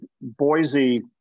Boise